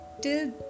till